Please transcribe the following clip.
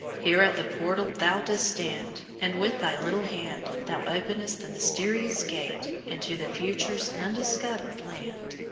here at the portal thou dost stand, and with thy little hand thou openest the mysterious gate into the future's undiscovered land.